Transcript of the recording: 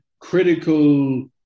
Critical